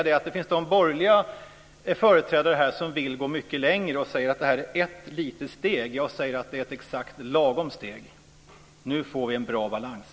Det finns borgerliga företrädare här som vill gå mycket längre och säger att det här är ett litet steg. Jag säger att det är ett exakt lagom steg. Nu får vi en bra balans.